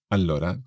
Allora